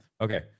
okay